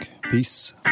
peace